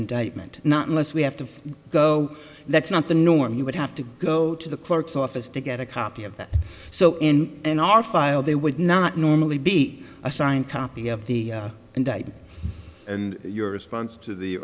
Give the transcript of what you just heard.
indictment not unless we have to go that's not the norm he would have to go to the clerk's office to get a copy of that so in in our file they would not normally be a signed copy of the indictment and your response to the